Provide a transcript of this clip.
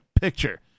picture